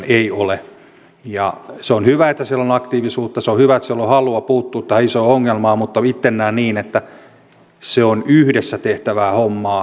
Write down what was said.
se on hyvä että siellä on aktiivisuutta ja se on hyvä että siellä on halua puuttua tähän isoon ongelmaan mutta itse näen niin että se on yhdessä tehtävää hommaa